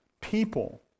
people